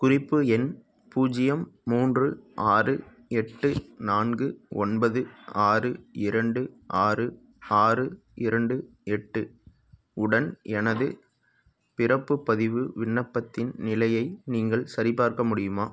குறிப்பு எண் பூஜ்ஜியம் மூன்று ஆறு எட்டு நான்கு ஒன்பது ஆறு இரண்டு ஆறு ஆறு இரண்டு எட்டு உடன் எனது பிறப்புப் பதிவு விண்ணப்பத்தின் நிலையை நீங்கள் சரிப்பார்க்க முடியுமா